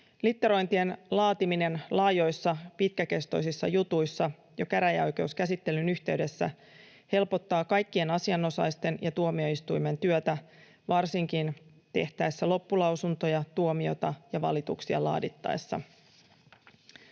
Litterointien laatiminen laajoissa, pitkäkestoisissa jutuissa jo käräjäoikeuskäsittelyn yhteydessä helpottaa kaikkien asianosaisten ja tuomioistuimen työtä varsinkin tehtäessä loppulausuntoja tuomiota ja valituksia laadittaessa.